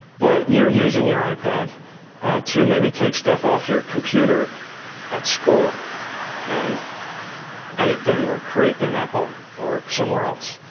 but you're using your ipad to maybe take stuff off your computer at school and edit them or create them at home or somewhere else.